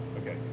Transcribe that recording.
Okay